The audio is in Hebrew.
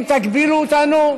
אם תגבילו אותנו,